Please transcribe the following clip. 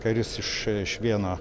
karius iš iš vieno